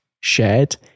shared